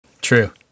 True